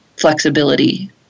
flexibility